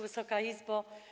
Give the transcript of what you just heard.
Wysoka Izbo!